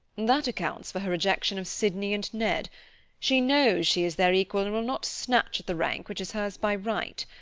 that accounts for her rejection of sydney and ned she knows she is their equal and will not snatch at the rank which is hers by right.